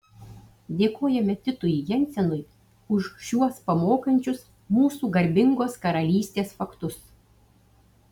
dėkojame titui jensenui už šiuos pamokančius mūsų garbingos karalystės faktus